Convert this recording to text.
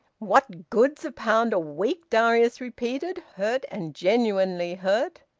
what good's a pound a week! darius repeated, hurt and genuinely hurt.